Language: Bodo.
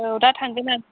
औ दा थांगोन आं